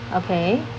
okay